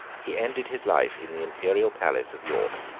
he ended his life in the imperial palace of york,